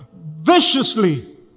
viciously